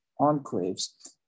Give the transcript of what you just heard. enclaves